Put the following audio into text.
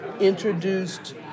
introduced